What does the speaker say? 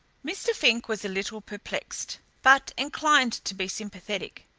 mr. fink was a little perplexed but inclined to be sympathetic.